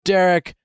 Derek